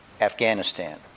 Afghanistan